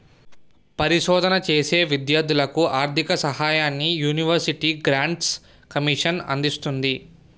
పరిశోధన చేసే విద్యార్ధులకు ఆర్ధిక సహాయాన్ని యూనివర్సిటీ గ్రాంట్స్ కమిషన్ అందిస్తుంది